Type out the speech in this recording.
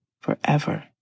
forever